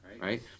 right